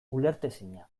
ulertezina